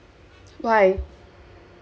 why